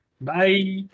Bye